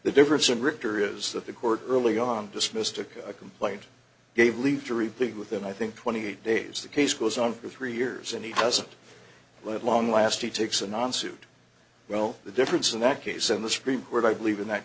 the difference in richter is that the court early on dismissed a complaint gave leave to repeat within i think twenty eight days the case goes on for three years and he doesn't let long last he takes a non suit well the difference in that case in the supreme court i believe in that